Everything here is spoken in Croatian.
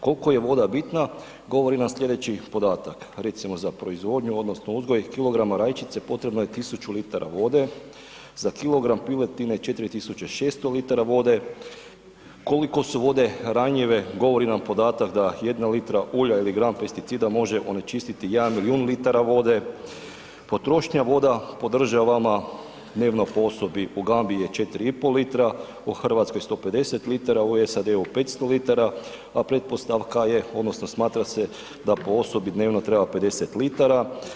Koliko je voda bitna govori nam slijedeći podatak, recimo za proizvodnju odnosno uzgoj kilograma rajčice potrebno je 1000 litara vode, za kilogram piletine 4600 litara vode, koliko su vode ranjive govori nam podatak da jedna litra ulja ili gram pesticida može onečistiti jedan milijun litara vode, potrošnja voda po državama, dnevno po osobi u Gambiji je 4,5 litara, u Hrvatskoj 150 litara, u SAD-u 500 litara, a pretpostavka je, odnosno smatra se da po osobi dnevno treba 50 litara.